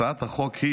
הצעת החוק,